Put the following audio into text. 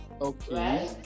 Okay